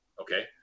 Okay